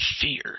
fear